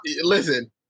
Listen